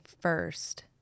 first